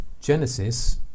Genesis